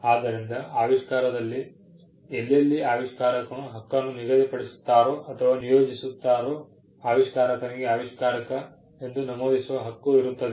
ಆದ್ದರಿಂದ ಆವಿಷ್ಕಾರದಲ್ಲಿ ಎಲ್ಲೆಲ್ಲಿ ಆವಿಷ್ಕಾರಕನು ಹಕ್ಕನ್ನು ನಿಗದಿಪಡಿಸುತ್ತಾರೂ ಅಥವಾ ನಿಯೋಜಿಸುತ್ತಾರೂ ಆವಿಷ್ಕಾರಕನಿಗೆ ಆವಿಷ್ಕಾರಕ ಎಂದು ನಮೂದಿಸುವ ಹಕ್ಕು ಇರುತ್ತದೆ